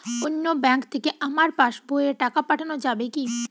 অন্য ব্যাঙ্ক থেকে আমার পাশবইয়ে টাকা পাঠানো যাবে কি?